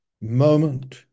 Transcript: moment